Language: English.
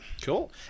Cool